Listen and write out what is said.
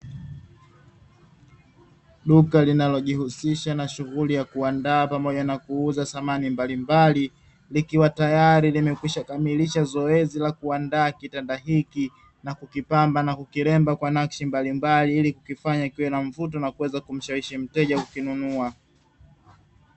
Duka linalojihusisha na shughuli ya kuandaa pamoja na kuuza samani mbalimbali, likiwa tayari limekwishakamilisha zoezi la kuandaa kitanda hiki na kukipamba na kukiremba kwa nakshi mbalimbali, ili kukifanya kiwe na mvuto na kuweza kumshawishi mteja kuweza kukinunua.